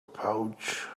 pouch